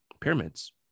pyramids